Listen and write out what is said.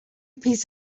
piece